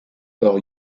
for